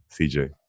CJ